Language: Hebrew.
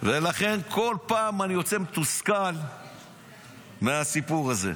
לכן כל פעם אני יוצא מתוסכל מהסיפור הזה.